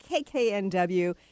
KKNW